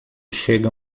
chega